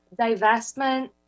divestment